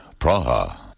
Praha